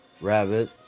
Rabbit